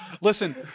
Listen